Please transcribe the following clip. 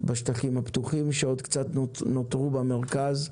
בשטחים הפתוחים שעוד קצת נותרו במרכז,